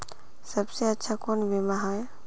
सबसे अच्छा कुन बिमा होय?